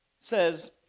says